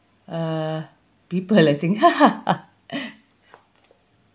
uh people I think